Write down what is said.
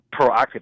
proactive